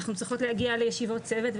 אנחנו צריכות להגיע לישיבות צוות,